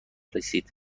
رسید